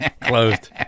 Closed